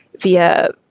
via